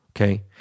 Okay